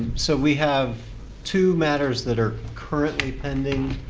so we have two matters that are currently pending.